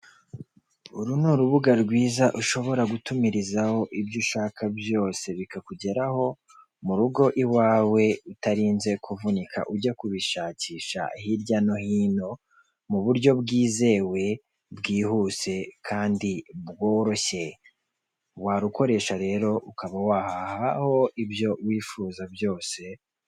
Uru ni urubuga rwiza ushobora gutumirizaho ibyo ushaka byose bikakugeraho mu rugo iwawe utarinze kuvunika ujya kubishakisha hirya no hino mu buryo bwizewe, bwihuse kandi bworoshye. Warukoresha rero ukaba wahaha ho ibyo wifuza byose.